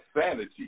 sanity